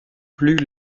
plus